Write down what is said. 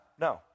no